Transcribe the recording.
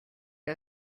que